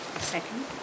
Second